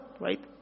right